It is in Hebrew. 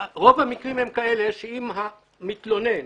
אני גדי ואנונו,